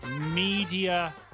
Media